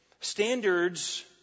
Standards